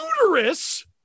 uterus